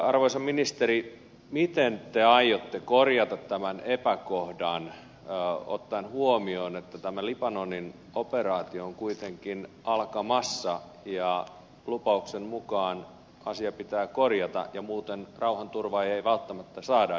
arvoisa ministeri miten te aiotte korjata tämän epäkohdan ottaen huomioon että tämä libanonin operaatio on kuitenkin alkamassa ja lupauksen mukaan asia pitää korjata tai muuten rauhanturvaajia ei välttämättä saada edes koko operaatioon